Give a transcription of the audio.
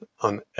on